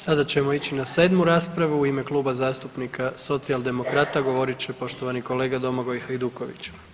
Sada ćemo ići na sedmu raspravu u ime Kluba zastupnika Socijaldemokrata govorit će poštovani kolega Domagoj Hajduković.